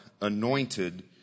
anointed